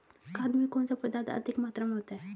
खाद में कौन सा पदार्थ अधिक मात्रा में होता है?